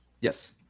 Yes